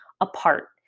apart